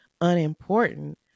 unimportant